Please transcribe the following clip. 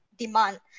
demand